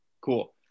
cool